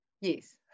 Yes